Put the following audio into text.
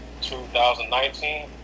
2019